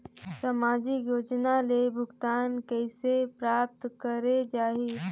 समाजिक योजना ले भुगतान कइसे प्राप्त करे जाहि?